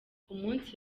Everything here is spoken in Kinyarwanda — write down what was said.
umunsi